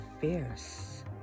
Fierce